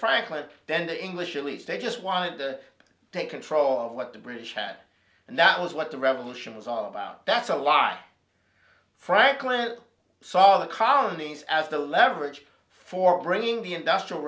franklin and then the english really stay just wanted to take control of what the british had and that was what the revolution was all about that's a lie franklin saw the colonies as the leverage for bringing the industrial